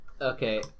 okay